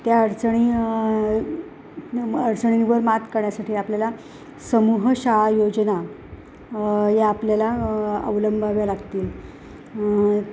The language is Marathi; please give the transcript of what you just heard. त्या अडचणी अडचणींवर मात करण्यासाठी आपल्याला समूह शाळा योजना या आपल्याला अवलंबव्या लागतील